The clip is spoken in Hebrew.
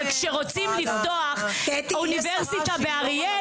אבל כשרוצים לפתוח אוניברסיטה באריאל